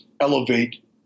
elevate